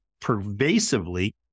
pervasively